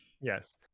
Yes